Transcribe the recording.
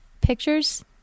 pictures